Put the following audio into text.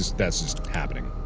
that's just happening,